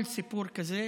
כל סיפור כזה